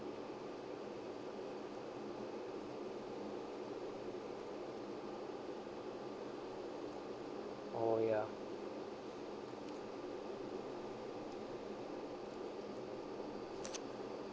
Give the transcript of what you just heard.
oh ya